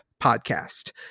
podcast